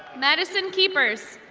madison keepers.